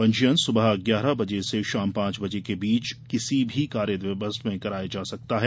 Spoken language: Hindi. पंजीयन सुबह ग्यारह बजे से शाम पांच बजे के बीच कार्यदिवस में कराया जा सकता है